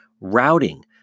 routing